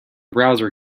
browser